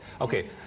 okay